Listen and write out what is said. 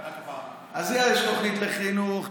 אז יש תוכנית לחינוך,